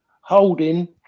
holding